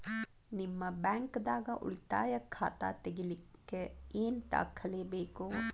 ನಿಮ್ಮ ಬ್ಯಾಂಕ್ ದಾಗ್ ಉಳಿತಾಯ ಖಾತಾ ತೆಗಿಲಿಕ್ಕೆ ಏನ್ ದಾಖಲೆ ಬೇಕು?